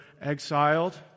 exiled